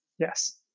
Yes